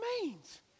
remains